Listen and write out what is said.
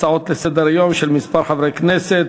הצעות לסדר-היום של כמה מחברי הכנסת,